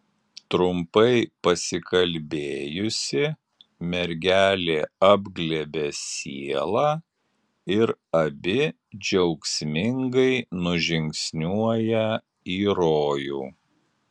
trumpai pasikalbėjusi mergelė apglėbia sielą ir abi džiaugsmingai nužingsniuoja į rojų